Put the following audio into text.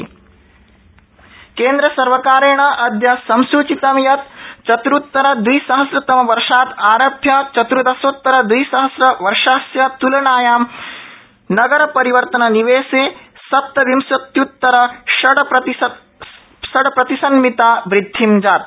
नगरनिवेश केन्द्रसर्वकारेण अद्य संसूचितं यत् चत्रुत्तर द्विसहस्रतमवर्षादारभ्य चत्र्दशोत्तर द्विसहस्र वर्षस्य तुलनायां नगरपरिवर्तननिवेशे सप्तविंशत्युत्तरषडशत्प्रतिशमिता वृद्धि गता